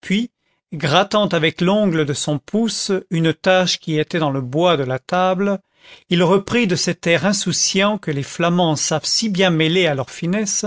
puis grattant avec l'ongle de son pouce une tache qui était dans le bois de la table il reprit de cet air insouciant que les flamands savent si bien mêler à leur finesse